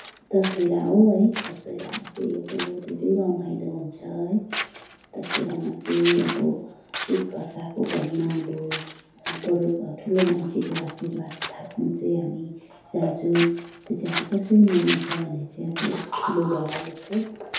दशहरा हो है दशहरामा चाहिँ अब धेरै रमाइलो हुन्छ है दशहरामा चाहिँ अब एकाअर्काको घरमा अब बडो अब ठुलो मान्छेको आशीर्वाद थाप्न चाहिँ हामी जान्छौँ त्यो चाहिँ अब कसरी मनाउँछ भने चाहिँ अब ठुलोबडाले चाहिँ